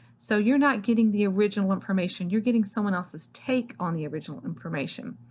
so you're not getting the original information, you're getting someone else's take on the original information.